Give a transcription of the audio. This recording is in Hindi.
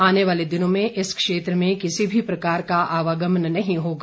आने वाले दिनों में इस क्षेत्र में किसी भी प्रकार का आवागमन नहीं होगा